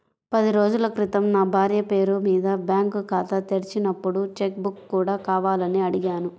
పది రోజుల క్రితం నా భార్య పేరు మీద బ్యాంకు ఖాతా తెరిచినప్పుడు చెక్ బుక్ కూడా కావాలని అడిగాను